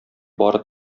бары